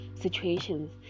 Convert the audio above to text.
situations